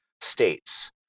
states